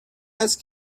است